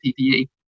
PPE